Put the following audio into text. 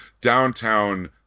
downtown